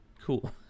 Cool